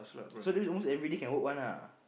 so this is almost everyday can work one ah